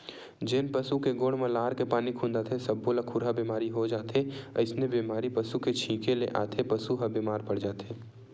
जेन पसु के गोड़ म लार के पानी खुंदाथे सब्बो ल खुरहा बेमारी हो जाथे अइसने बेमारी पसू के छिंके ले आने पसू ह बेमार पड़ जाथे